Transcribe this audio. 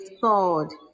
sword